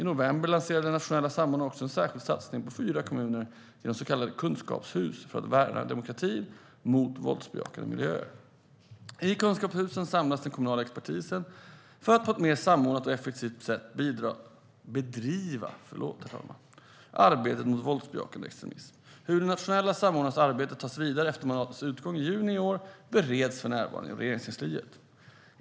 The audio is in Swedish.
I november lanserade den nationella samordnaren också en särskild satsning på fyra kommuner genom så kallade kunskapshus för att värna demokratin mot våldsbejakande miljöer. I kunskapshusen samlas den kommunala expertisen för att på ett mer samordnat och effektivt sätt bedriva arbetet mot våldsbejakande extremism. Hur den nationella samordnarens arbete tas vidare efter mandatets utgång i juni i år bereds för närvarande inom Regeringskansliet.